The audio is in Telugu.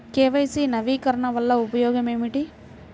కే.వై.సి నవీకరణ వలన ఉపయోగం ఏమిటీ?